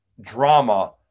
drama